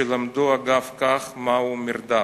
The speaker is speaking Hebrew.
שלמדו אגב כך מהו מרדף.